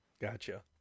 Gotcha